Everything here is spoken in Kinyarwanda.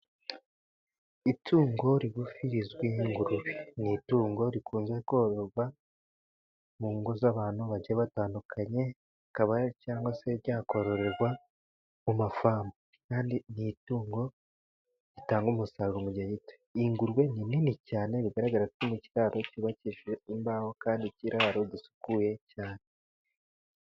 Itungo rigufi rizwi nk'ingurube ni itungo rikunze kororwa mu ngo z'abantu bagiye batandukanye, rikaba cyangwa se ryakororerwa mu mafamu, kandi ni itungo ritanga umusaruro mu gihe gito, iyi ngurube ni nini cyane bigaragara ko iri mu kiraro cyubakishije imbaho kandi ikiraro gisukuye cyane.